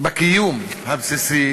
בקיום הבסיסי